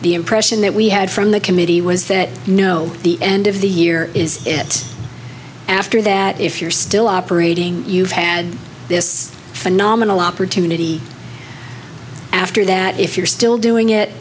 the impression that we had from the committee was that no the end of the year is it after that if you're still operating you've had this phenomenal opportunity after that if you're still doing it